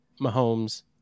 Mahomes